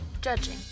Judging